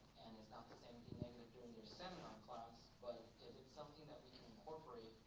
and it's not the same thing thing they'd get in their seminar class, but if it's something that we can incorporate,